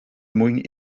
mwyn